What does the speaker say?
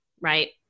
right